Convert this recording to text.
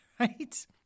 Right